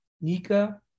Nika